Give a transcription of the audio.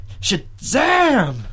Shazam